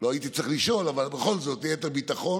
לא הייתי צריך לשאול, אבל בכל זאת, ליתר ביטחון.